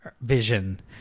vision